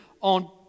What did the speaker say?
on